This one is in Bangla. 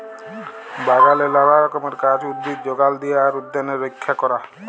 বাগালে লালা রকমের গাহাচ, উদ্ভিদ যগাল দিয়া আর উনাদের রইক্ষা ক্যরা